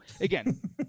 again